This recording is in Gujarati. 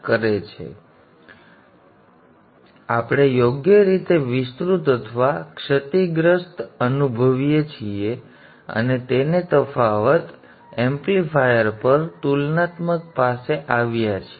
તેથી ચાલો આપણે કહીએ કે આપણે યોગ્ય રીતે વિસ્તૃત અથવા ક્ષતિગ્રસ્ત અનુભવીએ છીએ અને તેને તફાવત એમ્પ્લીફાયર પર તુલનાત્મક પાસે લાવ્યા છીએ